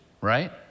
right